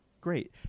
Great